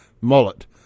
mullet